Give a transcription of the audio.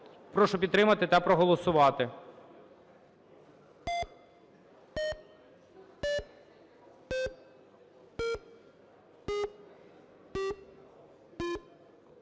Прошу підтримати та проголосувати.